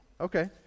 Okay